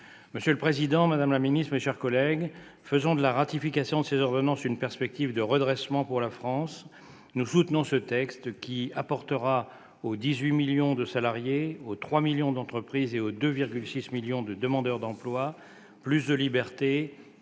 Monsieur le président, madame la ministre, mes chers collègues, faisons de la ratification de ces ordonnances une perspective de redressement pour la France. Nous soutenons ce texte qui apportera aux 18 millions de salariés, aux 3 millions d'entreprises et aux 2,6 millions de demandeurs d'emploi que compte